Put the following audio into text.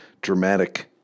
dramatic